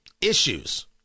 issues